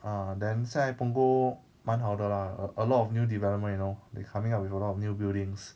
ah then 现在 punggol 蛮好的 lah a a lot of new development you know they coming up with a lot of new buildings